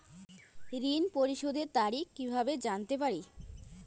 ঋণ পরিশোধের তারিখ কিভাবে জানতে পারি?